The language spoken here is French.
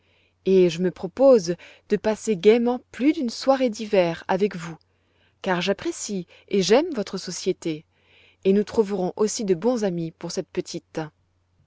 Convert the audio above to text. et je me propose de passer gaiement plus d'une soirée d'hiver avec vous car j'apprécie et j'aime votre société et nous trouverons aussi de bons amis pour cette petite